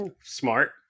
Smart